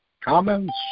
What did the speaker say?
comments